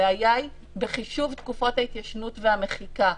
הבעיה היא בחישוב תקופות ההתיישנות והמחיקה,